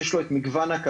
יש לו את מגוון הקווים.